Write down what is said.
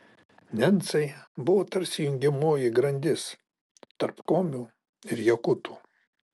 nencai buvo tarsi jungiamoji grandis tarp komių ir jakutų